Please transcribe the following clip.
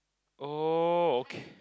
oh okay